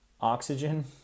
oxygen